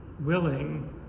willing